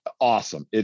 Awesome